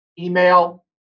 email